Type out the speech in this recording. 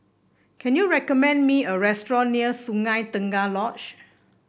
can you recommend me a restaurant near Sungei Tengah Lodge